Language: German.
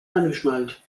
angeschnallt